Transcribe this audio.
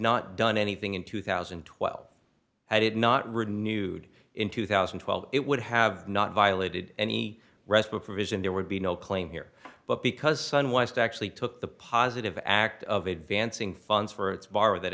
not done anything in two thousand and twelve had it not renewed in two thousand and twelve it would have not violated any respite for vision there would be no claim here but because son was to actually took the positive act of advancing funds for its bar that